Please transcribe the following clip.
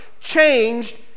changed